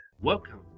Welcome